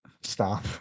Stop